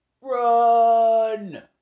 Run